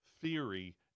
theory